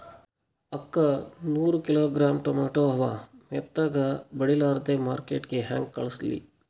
ಅಕ್ಕಾ ನೂರ kilogram tomato ಅವ, ಮೆತ್ತಗಬಡಿಲಾರ್ದೆ ಮಾರ್ಕಿಟಗೆ ಹೆಂಗ ಕಳಸಲಿ?